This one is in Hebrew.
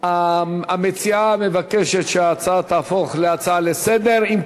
המציעה מבקשת שההצעה תהפוך להצעה לסדר-היום.